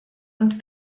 und